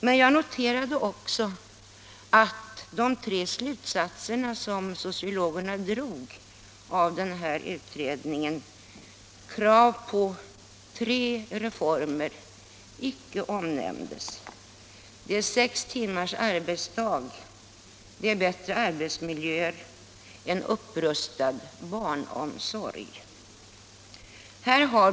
Men jag noterade också att de tre slutsatser som sociologerna dragit av den här utredningen — krav på tre reformer — icke omnämndes, nämligen sex timmars arbetsdag, bättre arbetsmiljöer och en upprustad barnomsorg.